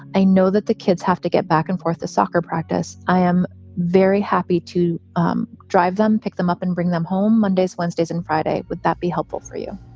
i know that the kids have to get back and forth to soccer practice. i am very happy to um drive them, pick them up and bring them home mondays, wednesdays and friday. would that be helpful for you?